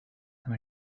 and